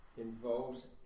involves